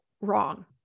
wrong